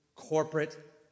corporate